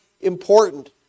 important